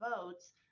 votes